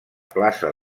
plaça